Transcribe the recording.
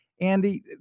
Andy